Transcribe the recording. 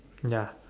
ya